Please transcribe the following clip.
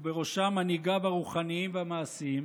ובראשו מנהיגיו הרוחניים והמעשיים,